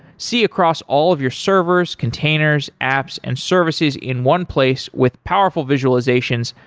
see across all of your servers, containers, apps and services in one place with powerful visualizations,